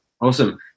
Awesome